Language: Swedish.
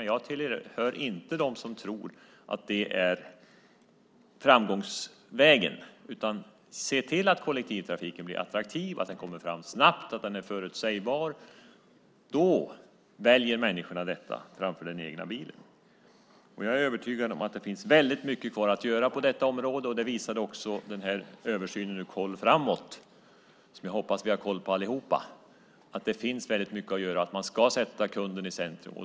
Men jag hör inte till dem som tror att det är framgångsvägen. Det gäller att se till att kollektivtrafiken blir attraktiv, att den kommer fram snabbt och att den är förutsägbar. Då väljer människorna det framför den egna bilen. Jag är övertygad om att det finns väldigt mycket kvar att göra på detta område. Det visade också översynen Koll framåt , som jag hoppas att vi har koll på allihop. Det finns väldigt mycket att göra. Man ska sätta kunden i centrum.